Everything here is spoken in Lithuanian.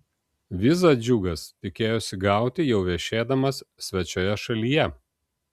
vizą džiugas tikėjosi gauti jau viešėdamas svečioje šalyje